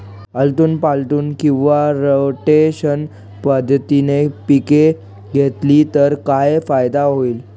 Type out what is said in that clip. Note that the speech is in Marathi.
आलटून पालटून किंवा रोटेशन पद्धतीने पिके घेतली तर काय फायदा होईल?